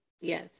yes